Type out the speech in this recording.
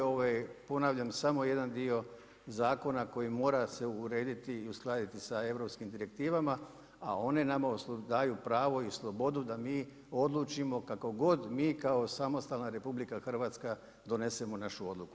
Ovo je ponavljam, samo jedan dio zakona koji mora se urediti i uskladiti sa europskim direktivama, a one nama daju pravo i slobodu da mi odlučimo kako god mi kao samostalna RH donesemo našu odluku.